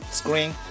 screen，